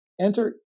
enter